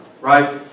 Right